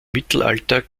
mittelalter